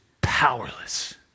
powerless